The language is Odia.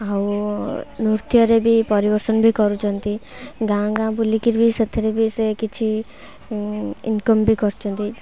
ଆଉ ନୃତ୍ୟରେ ବି ପରିଦର୍ଶନ ବି କରୁଛନ୍ତି ଗାଁ ଗାଁ ବୁଲିକିରି ବି ସେଥିରେ ବି ସେ କିଛି ଇନକମ୍ ବି କରୁଛନ୍ତି